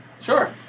Sure